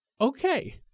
okay